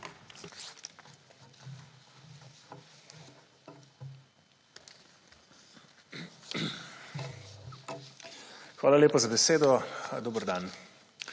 Hvala lepa za besedo. Dober dan!